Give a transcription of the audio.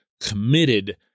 committed